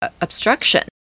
obstruction